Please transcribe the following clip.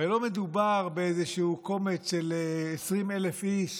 הרי לא מדובר באיזה קומץ של 20,000 איש